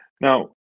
Now